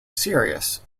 serious